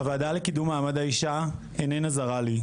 הוועדה לקידום מעמד האישה איננה זרה לי.